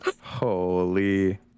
holy